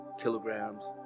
kilograms